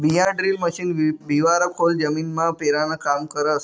बियाणंड्रील मशीन बिवारं खोल जमीनमा पेरानं काम करस